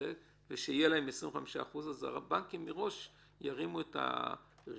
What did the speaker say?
ושתהיה להם הפחתה של 25% הבנקים מראש יעלו את הריבית